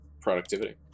productivity